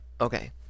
Okay